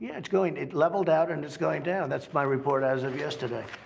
yeah it's going it leveled out, and it's going down. that's my report as of yesterday.